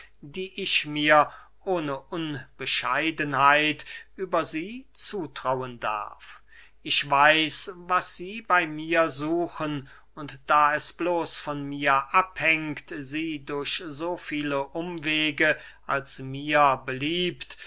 die ich mir ohne unbescheidenheit über sie zutrauen darf ich weiß was sie bey mir suchen und da es bloß von mir abhängt sie durch so viele umwege als mir beliebt